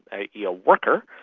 a yeah worker,